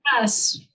Yes